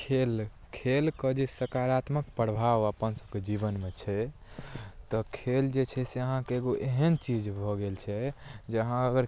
खेल खेलके जे सकारात्मक प्रभाव अपन सबके जीवनमे छै तऽ खेल जे छै से अहाँके एगो एहन चीज भऽ गेल छै जे अहाँ अगर